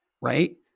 right